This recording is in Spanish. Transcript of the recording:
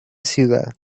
ciudad